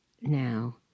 now